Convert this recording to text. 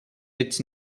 its